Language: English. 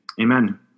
Amen